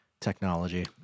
Technology